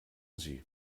sie